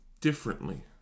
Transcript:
differently